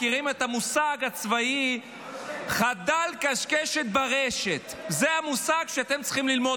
מכירים את המושג הצבאי "חדל קשקשת ברשת" זה המושג שאתם צריכים ללמוד,